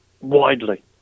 widely